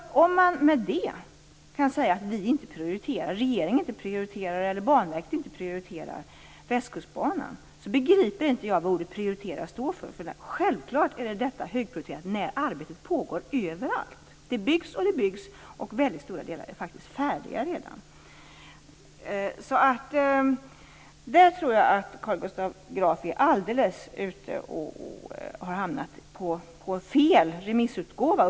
Om man med det kan säga att regeringen eller Banverket inte prioriterar Västkustbanan begriper inte jag vad ordet prioritera står för. Självfallet är den högprioriterad eftersom arbetet pågår överallt! Det byggs och byggs, och väldigt stora delar är redan färdiga. Där tror jag att Carl Fredrik Graf uppenbarligen har hamnat i fel remissutgåva.